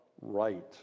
right